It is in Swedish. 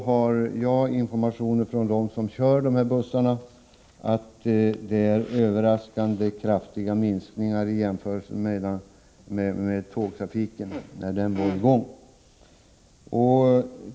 Jag har information från dem som kör bussarna om att det är en överraskande kraftig minskning jämfört med när tågtrafiken var i gång.